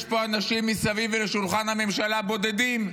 יש פה אנשים מסביב לשולחן הממשלה, בודדים,